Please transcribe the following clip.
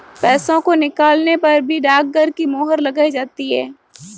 पैसों को निकालने पर भी डाकघर की मोहर लगाई जाती है